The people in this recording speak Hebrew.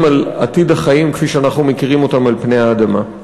על עתיד החיים כפי שאנחנו מכירים אותם על פני האדמה.